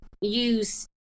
use